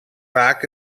vaak